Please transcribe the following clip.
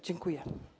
Dziękuję.